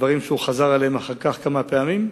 דברים שהוא חזר עליהם אחר כך כמה פעמים,